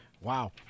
Wow